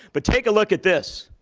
but take a look at this.